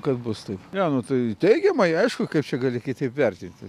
kad bus taip ne nu tai teigiamai aišku kaip čia gali kitaip vertinti